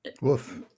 woof